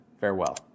farewell